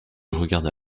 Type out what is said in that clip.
regarda